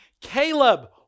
Caleb